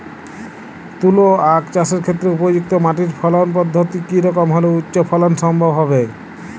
তুলো আঁখ চাষের ক্ষেত্রে উপযুক্ত মাটি ফলন পদ্ধতি কী রকম হলে উচ্চ ফলন সম্ভব হবে?